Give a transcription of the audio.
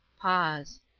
pause.